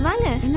um and